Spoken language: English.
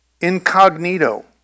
incognito